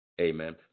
Amen